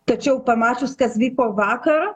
tačiau pamačius kas vyko vakar